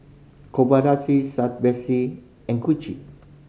Betsy and Gucci